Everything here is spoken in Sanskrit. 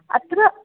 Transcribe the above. अत्र